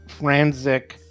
Franzic